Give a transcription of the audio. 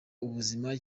ubuzima